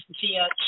via